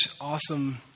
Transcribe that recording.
awesome